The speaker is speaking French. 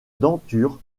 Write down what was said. denture